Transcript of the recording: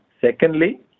Secondly